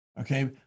Okay